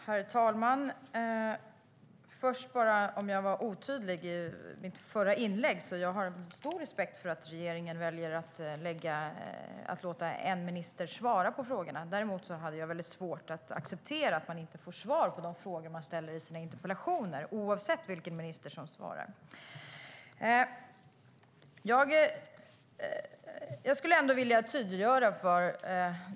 Herr talman! Jag kanske var otydlig i mitt förra inlägg. Jag har stor respekt för att regeringen väljer att låta en minister svara på frågorna. Däremot har jag väldigt svårt att acceptera att man inte får svar på de frågor man ställer i sina interpellationer oavsett vilken minister det är som svarar.